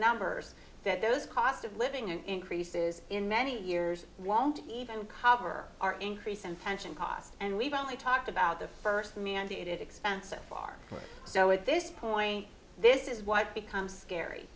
numbers that those cost of living and increases in many years won't even cover our increase in pension costs and we've only talked about the first mandated expense of our so at this point this is what becomes gary